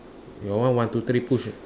your one one two three push ah